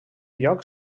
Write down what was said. lloc